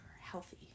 healthy